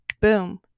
boom